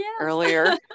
earlier